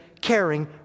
caring